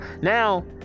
now